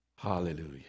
Hallelujah